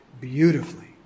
beautifully